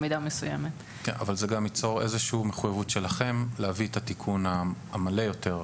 זה ייצור איזו שהיא מחויבות שלכם להביא את התיקון המלא יותר,